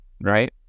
right